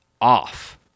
off